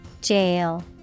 Jail